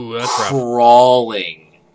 crawling